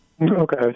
Okay